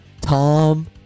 Tom